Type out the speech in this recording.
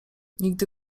nigdy